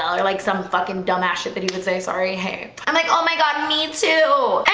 ah ll or like some fucking dumbass shit that he would say, sorry hey, i'm like, oh my god, me too.